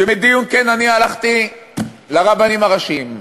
כן, אני הלכתי לרבנים הראשיים.